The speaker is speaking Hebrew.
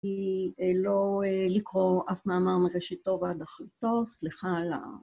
ולא לקרוא אף מאמר מראשיתו ועד אחריתו, סליחה על ה...